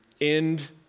end